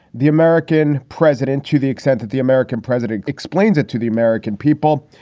the american president, to the extent that the american president explains it to the american people,